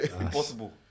Impossible